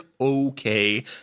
okay